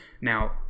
now